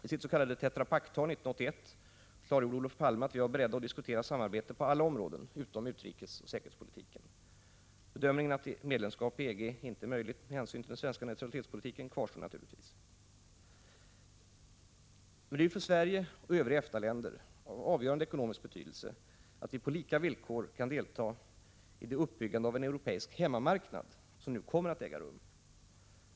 I sitt s.k. Tetra Pak-tal 1981 klargjorde Olof Palme att vi var beredda att diskutera samarbete på alla områden utom i fråga om utrikesoch säkerhetspolitiken. Bedömningen att ett medlemskap i EG inte är möjligt med hänsyn till den svenska neutralitetspolitiken kvarstår naturligtvis. För Sverige och övriga EFTA-länder är det av avgörande ekonomisk betydelse att vi på lika villkor kan delta i det uppbyggande av en europeisk hemmamarknad som nu kommer att äga rum.